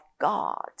God